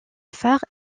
phare